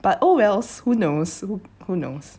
but oh wells who knows who knows